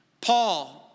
Paul